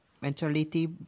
Mentality